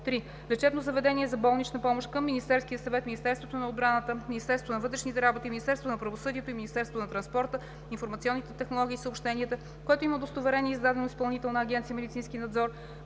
3. лечебно заведение за болнична помощ към Министерския съвет, Министерството на отбраната, Министерството на вътрешните работи, Министерството на правосъдието и Министерството на транспорта, информационните технологии и съобщенията, което има удостоверение, издадено от Изпълнителна агенция „Медицински надзор“